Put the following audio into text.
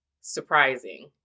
surprising